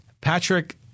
Patrick